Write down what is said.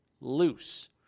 loose